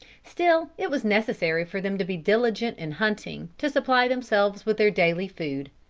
still it was necessary for them to be diligent in hunting, to supply themselves with their daily food.